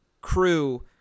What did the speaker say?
crew